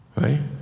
right